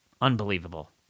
Unbelievable